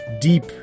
deep